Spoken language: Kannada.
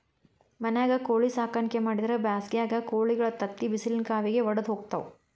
ಮನ್ಯಾಗ ಕೋಳಿ ಸಾಕಾಣಿಕೆ ಮಾಡಿದ್ರ್ ಬ್ಯಾಸಿಗ್ಯಾಗ ಕೋಳಿಗಳ ತತ್ತಿ ಬಿಸಿಲಿನ ಕಾವಿಗೆ ವಡದ ಹೋಗ್ತಾವ